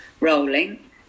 rolling